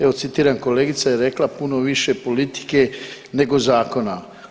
Evo citiram kolegica je rekla puno više politike nego zakona.